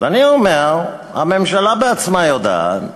ואני אומר, הממשלה בעצמה יודעת,